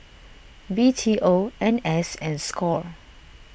B T O N S and Score